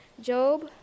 Job